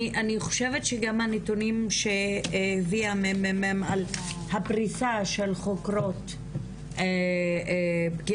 אני חושבת שגם הנתונים שהביא ה-ממ"מ על הפריסה של חוקרות של פגיעה